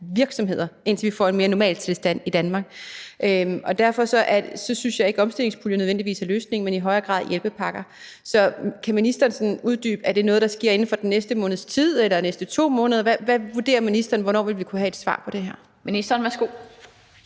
virksomheder, indtil vi får en mere normal tilstand i Danmark. Jeg synes ikke, at omstillingspuljen nødvendigvis er løsningen, men i højere grad hjælpepakker. Kan ministeren sådan uddybe, om det er noget, der sker inden for den næste måneds tid eller de næste 2 måneder? Hvornår vurderer ministeren vi kan have et svar på det her? Kl. 16:22 Den fg.